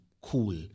cool